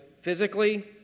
physically